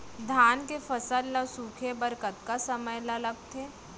धान के फसल ल सूखे बर कतका समय ल लगथे?